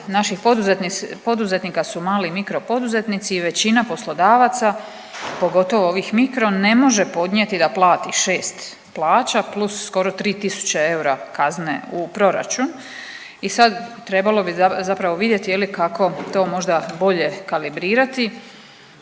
naših poduzetnika su mali i mikro poduzetnici i većina poslodavaca pogotovo ovih mikro ne može podnijeti da plati šest plaća plus skoro 3 000 eura kazne u proračun. I sad trebalo bi zapravo vidjeti kako to možda bolje kalibrirati,